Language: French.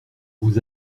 vous